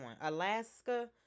Alaska